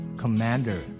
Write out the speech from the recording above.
commander